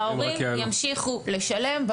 ההורים ימשיכו לשלם,